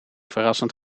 verrassend